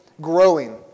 growing